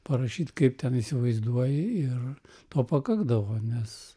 parašyt kaip ten įsivaizduoji ir to pakakdavo nes